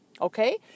Okay